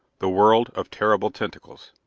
the world of terrible tentacles.